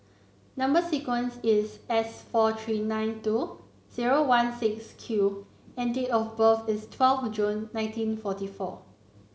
number sequence is S four three nine two zero one six Q and date of birth is twelfth June nineteen forty four